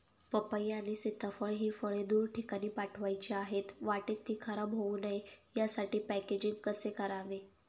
पपई आणि सीताफळ हि फळे दूर ठिकाणी पाठवायची आहेत, वाटेत ति खराब होऊ नये यासाठी पॅकेजिंग कसे करावे?